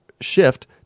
shift